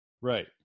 Right